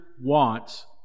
wants